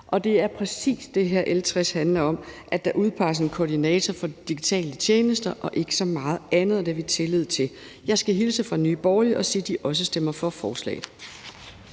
Det er præcis det her, L 60 handler om, nemlig at der udpeges en koordinator for digitale tjenester og ikke så meget andet, og det har vi tillid til. Jeg skal hilse fra Nye Borgerlige og sige, at de også stemmer for forslaget.